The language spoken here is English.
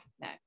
no